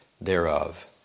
thereof